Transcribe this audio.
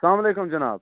سلام علیکُم جِناب